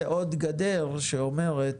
ועוד גדר שאומרת